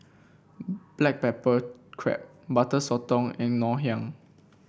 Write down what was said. Black Pepper Crab Butter Sotong and Ngoh Hiang